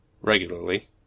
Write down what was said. regularly